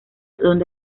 donde